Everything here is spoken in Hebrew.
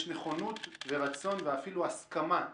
יש נכונות, רצון ואפילו הסכמה,